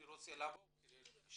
אני רוצה לשמוע עוד.